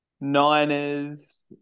Niners